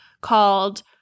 called